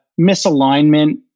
misalignment